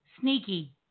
Sneaky